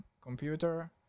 computer